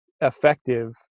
effective